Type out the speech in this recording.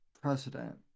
precedent